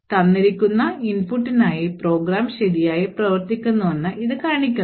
തന്നിരിക്കുന്ന ഇൻപുട്ടിനായി പ്രോഗ്രാം ശരിയായി പ്രവർത്തിക്കുന്നുവെന്ന് ഇത് കാണിക്കുന്നു